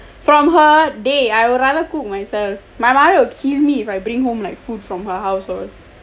from her I would rather cook myself my mother will kill me if I bring home like food from her household